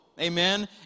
amen